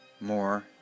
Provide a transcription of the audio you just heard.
more